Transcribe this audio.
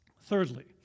Thirdly